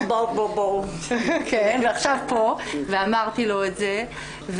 ועכשיו פה, ואמרתי לו את זה.